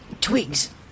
twigs